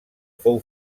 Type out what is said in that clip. fou